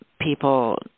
people